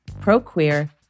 pro-queer